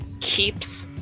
keeps